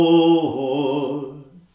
Lord